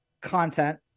content